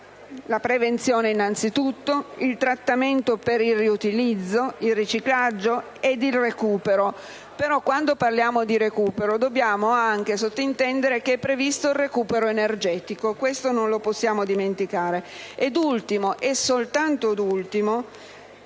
la prevenzione, il trattamento per il riutilizzo, il riciclaggio, il recupero (tuttavia, quando parliamo di recupero dobbiamo anche sottintendere che è previsto il recupero energetico; questo non lo possiamo dimenticare)